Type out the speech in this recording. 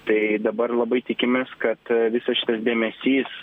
tai dabar labai tikimės kad visas šitas dėmesys